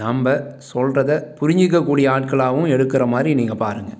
நாம்ப சொல்றதை புரிஞ்சிக்கக்கூடிய ஆட்களாகவும் எடுக்கற மாதிரி நீங்கள் பாருங்கள்